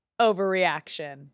overreaction